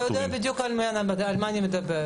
אתה יודע בדיוק על מה אני מדברת.